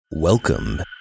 Welcome